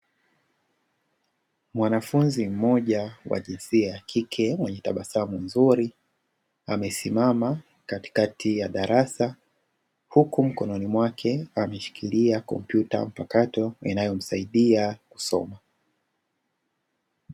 Mwanafunzi mmoja mwenye jinsia ya kike mwenye tabasamu nzuri, amesimama katikati ya darasa huku mkononi mwake ameshikiria kompyuta mpakato inayomsaidia kusoma.